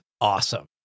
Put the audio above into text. awesome